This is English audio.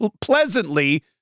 pleasantly